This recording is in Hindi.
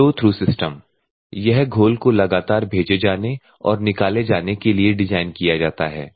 फ्लो थ्रू सिस्टम यह घोल को लगातार भेजे जाने और निकाले जाने के लिए डिजाइन किया जाता है